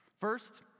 first